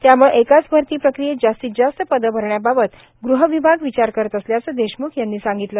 त्याम्ळं एकाच भरती प्रक्रियेत जास्तीत जास्त पदे भरण्याबाबत गृह विभाग विचार करत असल्याचं देशम्ख यांनी सांगितलं